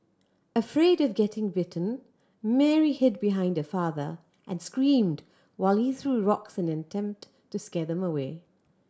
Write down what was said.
afraid of getting bitten Mary hid behind her father and screamed while he threw rocks in an attempt to scare them away